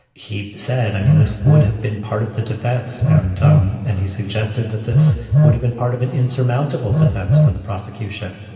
he said. i mean, this would have been part of the defense. and um and he suggested that this would have been part of an insurmountable defense for the prosecution.